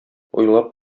уйлап